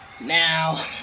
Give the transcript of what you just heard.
now